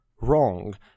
wrong